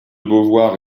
beauvoir